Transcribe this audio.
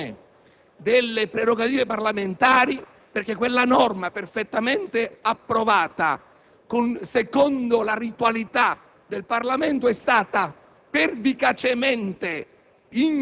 costituisce una lesione delle prerogative parlamentari, perché quella norma, perfettamente approvata secondo la ritualità del Parlamento, è stata